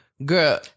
Girl